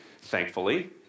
thankfully